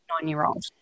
nine-year-old